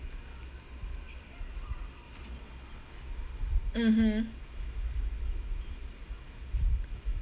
mmhmm